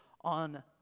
on